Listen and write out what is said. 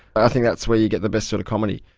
i think that's where you get the best sort of comedy.